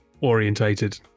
orientated